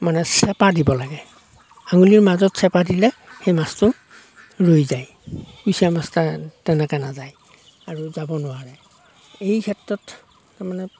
মানে চেপা দিব লাগে আঙুলিৰ মাজত চেপা দিলে সেই মাছটো ৰৈ যায় কুচিয়া মাছ তেনেকৈ নাযায় আৰু যাব নোৱাৰে এই ক্ষেত্ৰত তাৰ মানে